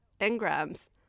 engrams